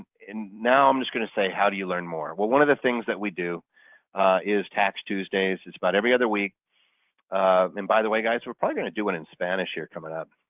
now i'm just going to say how do you learn more? well one of the things that we do is tax tuesdays. it's about every other week and by the way guys, we're probably going to do one in spanish here coming up.